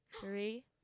Three